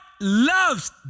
loves